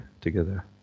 together